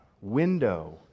window